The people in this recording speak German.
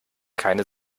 keine